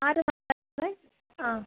ആരാണ് സംസാരിക്കുന്നത് ആ